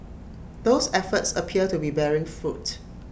those efforts appear to be bearing fruit